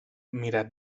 mirat